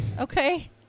Okay